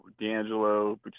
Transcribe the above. D'Angelo